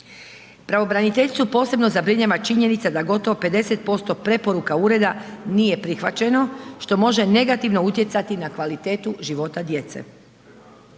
Pravobraniteljicu posebno zabrinjava činjenica da gotovo 50% preporuka ureda nije prihvaćeno, što može negativno utjecati na kvalitetu života djece.